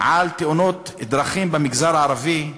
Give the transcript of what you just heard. על תאונות דרכים במגזר הערבי,